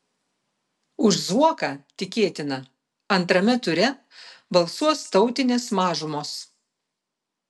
už zuoką tikėtina antrame ture balsuos tautinės mažumos